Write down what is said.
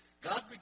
God